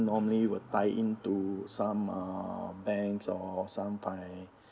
normally will tie into some uh banks or some